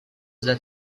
that